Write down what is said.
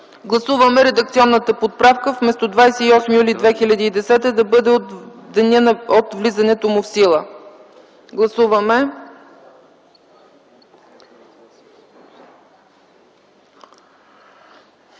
Гласуваме редакционната поправка вместо „28 юли 2010 г.” да бъде „от деня на влизането му в сила”. Гласували